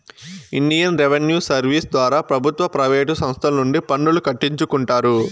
Indian revenue service ద్వారా ప్రభుత్వ private సంస్తల నుండి పన్నులు కట్టించుకుంటారు